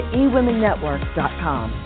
eWomenNetwork.com